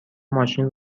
ماشین